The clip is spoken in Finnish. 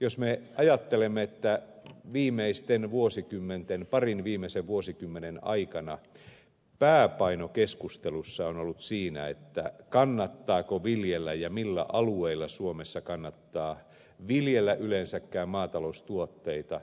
jos me ajattelemme että parin viimeisen vuosikymmenen aikana pääpaino keskustelussa on ollut siinä kannattaako viljellä ja millä alueilla suomessa kannattaa viljellä yleensäkään maataloustuotteita